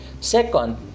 Second